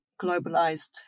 globalized